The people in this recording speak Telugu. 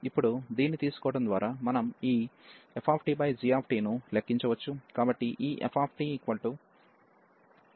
ఇప్పుడు దీన్ని తీసుకోవడం ద్వారా మనం ఈ ftgt ను లెక్కించవచ్చు కాబట్టి ఈ ft1t3 t21